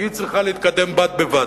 היא צריכה להתקדם בד בבד.